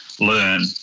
learn